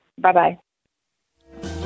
Bye-bye